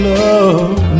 love